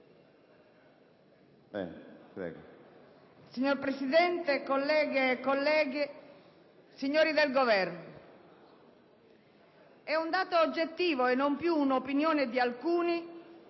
Signor Presidente, colleghe e colleghi, signori del Governo, è un dato oggettivo e non più un'opinione di alcuni